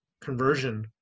conversion